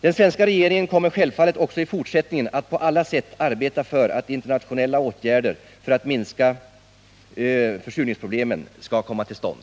Den svenska regeringen kommer självfallet också i fortsättningen att på alla sätt arbeta för att internationella åtgärder för att minska försurningsproblemen skall komma till stånd.